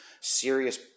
serious